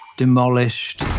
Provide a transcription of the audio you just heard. demolished,